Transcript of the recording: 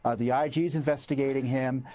ah the ah ig is investigating him,